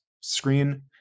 screen